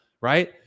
right